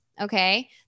Okay